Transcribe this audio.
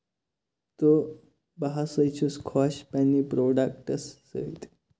تہٕ بہٕ ہسا چھُس خۄش پَنٕنہِ پروڈَکٹَس سۭتۍ